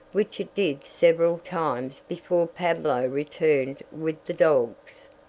which it did several times before pablo returned with the dogs.